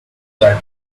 that